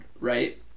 right